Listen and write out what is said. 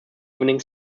evening